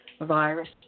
virus